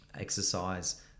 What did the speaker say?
exercise